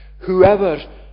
whoever